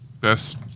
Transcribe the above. best